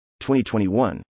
2021